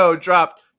dropped